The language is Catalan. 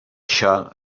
això